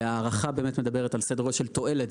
וההערכה באמת מדברת על סדר גודל של תועלת.